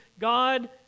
God